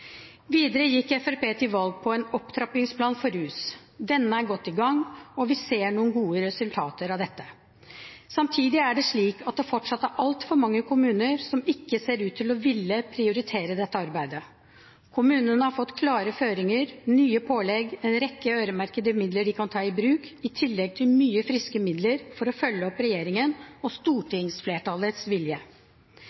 Videre gikk Fremskrittspartiet til valg på en opptrappingsplan for rus. Denne er godt i gang, og vi ser noen gode resultater av dette. Samtidig er det slik at det fortsatt er altfor mange kommuner som ikke ser ut til å ville prioritere dette arbeidet. Kommunene har fått klare føringer, nye pålegg, en rekke øremerkede midler de kan ta i bruk, i tillegg til mye friske midler for å følge opp regjeringens og